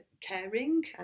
caring